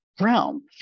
realm